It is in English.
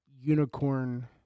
unicorn